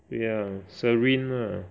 对 lah Serene lah